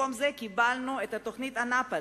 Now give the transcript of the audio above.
במקום זה קיבלנו את תוכנית אנאפוליס,